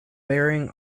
bearing